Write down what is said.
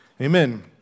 Amen